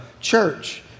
church